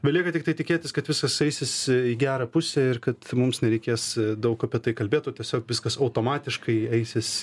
belieka tiktai tikėtis kad viskas eisis į gerą pusę ir kad mums nereikės daug apie tai kalbėt o tiesiog viskas automatiškai eisis